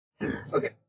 Okay